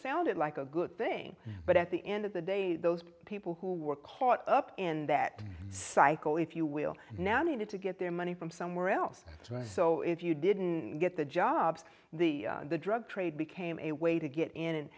sounded like a good thing but at the end of the day those people who were caught up in that cycle if you will now need to get their money from somewhere else so if you didn't get the jobs the drug trade became a way to get in